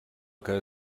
que